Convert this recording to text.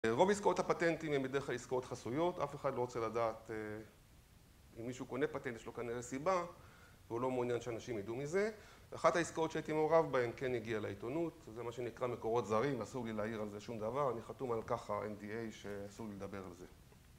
רוב העסקאות הפטנטיים הן בדרך כלל עסקאות חסויות, אף אחד לא רוצה לדעת אם מישהו קונה פטנט, יש לו כנראה סיבה והוא לא מעוניין שאנשים ידעו מזה אחת העסקאות שהייתי מעורב בהן כן הגיעה לעיתונות, זה מה שנקרא מקורות זרים, אסור לי להעיר על זה שום דבר, אני חתום על כך ה-MDA שאסור לי לדבר על זה